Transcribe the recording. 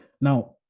Now